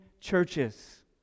churches